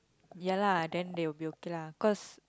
ya lah then they will be okay lah because